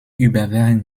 überwachen